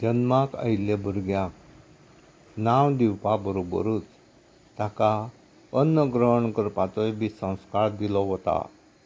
जल्माक आयिल्ल्या भुरग्याक नांव दिवपा बरोबरच ताका अन्न ग्रहण करपाचोय बी संस्कार दिलो वता